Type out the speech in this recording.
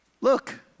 look